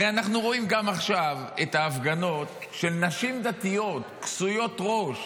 הרי אנחנו רואים גם עכשיו את ההפגנות של נשים דתיות כסויות ראש